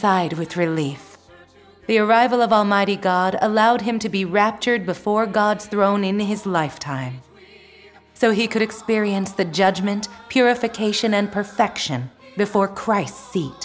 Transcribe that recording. sighed with relief the arrival of almighty god allowed him to be raptured before god's throne in his lifetime so he could experience the judgment purification and perfection before christ seat